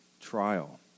trial